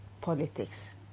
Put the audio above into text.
politics